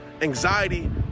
Anxiety